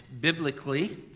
biblically